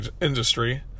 industry